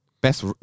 best